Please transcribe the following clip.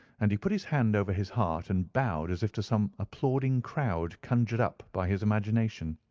and he put his hand over his heart and bowed as if to some applauding crowd conjured up by his imagination.